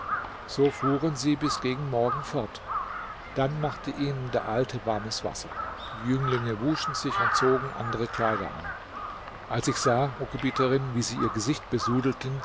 so fuhren sie bis gegen morgen fort dann machte ihnen der alte warmes wasser die jünglinge wuschen sich und zogen andere kleider an als ich sah o gebieterin wie sie ihr gesicht